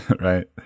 Right